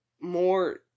more